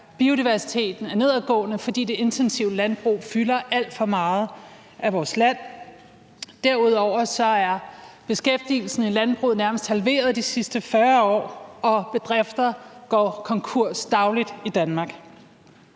Biodiversiteten er for nedadgående, fordi det intensive landbrug fylder alt for meget i vores land. Derudover er beskæftigelsen i landbruget nærmest halveret de seneste 40 år, og bedrifter går dagligt konkurs i Danmark.